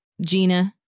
Gina